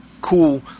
cool